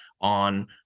on